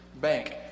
bank